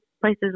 places